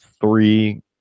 three